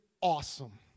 awesome